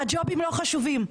הג'ובים לא חשובים.